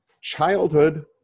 childhood